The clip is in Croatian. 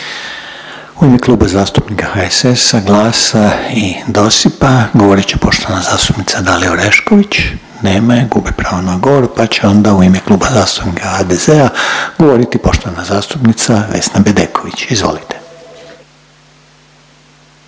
U ime Kluba zastupnika HSS-a, GLAS-a i DOSIP-a govorit će poštovana zastupnica Dalija Orešković, nema je, gubi pravo na govor, pa će onda u ime Kluba zastupnika HDZ-a govoriti poštovana zastupnica Vesna Bedeković, izvolite.